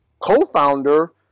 co-founder